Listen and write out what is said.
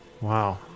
Wow